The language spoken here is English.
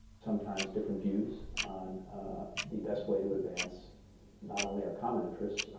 sometimes different views on the best way to advance not only our common interests,